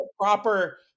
proper